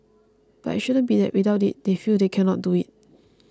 but it shouldn't be that without it they feel they cannot do it